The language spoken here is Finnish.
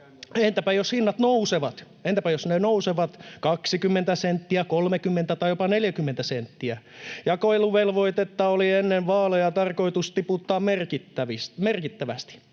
Entäpä jos hinnat nousevat? Entäpä jos ne nousevat 20 senttiä, 30 tai jopa 40 senttiä? Jakeluvelvoitetta oli ennen vaaleja tarkoitus tiputtaa merkittävästi.